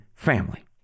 family